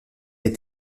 est